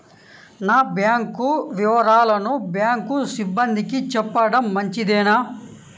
నా బ్యాంకు వివరాలను బ్యాంకు సిబ్బందికి చెప్పడం సరైందేనా?